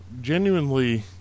genuinely